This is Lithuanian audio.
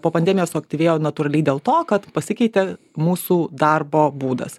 po pandemijos suaktyvėjo natūraliai dėl to kad pasikeitė mūsų darbo būdas